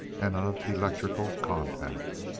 and of electrical contact.